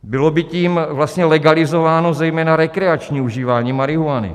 Bylo by tím vlastně legalizováno zejména rekreační užívání marihuany.